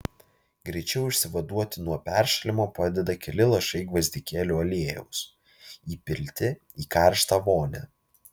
greičiau išsivaduoti nuo peršalimo padeda keli lašai gvazdikėlių aliejaus įpilti į karštą vonią